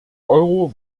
euro